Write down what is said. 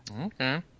Okay